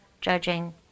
judging